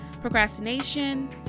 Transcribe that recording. procrastination